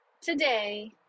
today